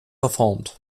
verformt